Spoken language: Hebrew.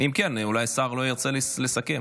אלא אם כן אולי השר לא ירצה לסכם.